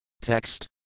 text